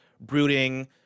brooding